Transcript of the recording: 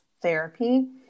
therapy